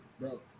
bro